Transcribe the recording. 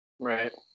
Right